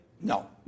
No